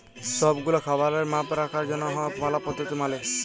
সব গুলা খাবারের মাপ রাখার জনহ ম্যালা পদ্ধতি মালে